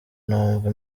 numva